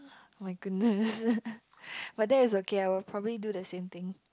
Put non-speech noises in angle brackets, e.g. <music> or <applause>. [oh]-my-goodness <laughs> but that's okay I will probably do the same thing